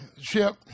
ship